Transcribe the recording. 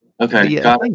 Okay